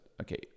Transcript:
Okay